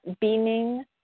beaming